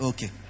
Okay